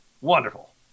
Wonderful